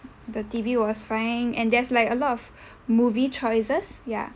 the T_V was fine and there's like a lot of movie choices ya